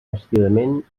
decididament